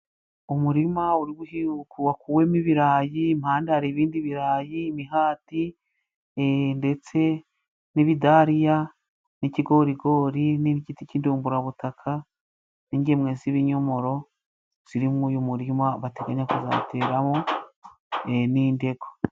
Umurima wakuwemo ibirayi, impande hari ibindi birarayi, imihati, ndetse n'ibidariya n'ikigorigori n'igiti cy'indumburabutaka n'ingemwe z'ibinyomoro ziriri mu uyu muririma, bateganya kuzateramo nindeko.